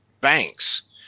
banks